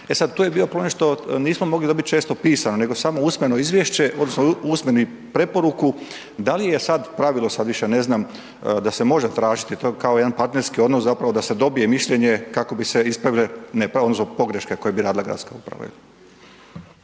E sad, to je bilo ponešto, nismo mogli dobit često pismeno nego samo usmeno izvješće, odnosno usmenu preporuku da li je sad pravilo, sad više ne znam, da se može tražiti, to je kao jedan partnerski odnos zapravo da se dobije mišljenje kako bi se ispravile nepravde odnosno pogreške koje bi radila gradska uprava.